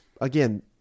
again